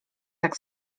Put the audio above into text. jak